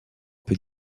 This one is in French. peut